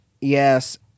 Yes